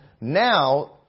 now